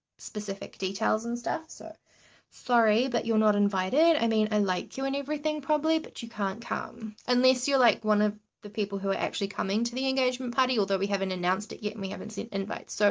specific details and stuff. so sorry, but you're not invited! i mean, i like you and everything probably, but you can't come. come. unless you're like one of the people who are actually coming to the engagement party, although we haven't annpounced it yet, and we haven't sent invites. so.